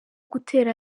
gutera